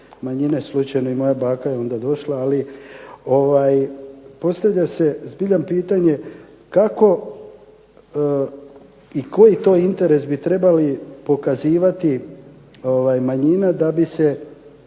manjine, slučajno i moja baka je onda došla. Postavlja se zbilja pitanje kako i koji to interes bi trebali pokazivati manjine da bi se